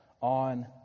On